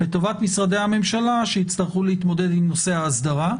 לטובת משרדי הממשלה שיצטרכו להתמודד עם נושא האסדרה.